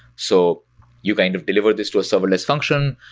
so you kind of deliver this to a serverless function.